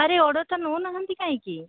ଆରେ ଅର୍ଡ଼ର୍ଟା ନେଉନାହାନ୍ତି କାହିଁକି